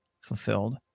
fulfilled